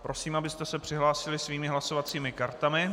Prosím, abyste se přihlásili svými hlasovacími kartami.